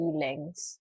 feelings